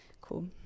cool